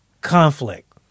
conflict